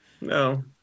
No